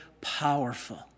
powerful